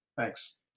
Thanks